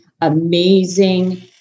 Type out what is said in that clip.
amazing